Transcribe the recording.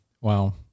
Wow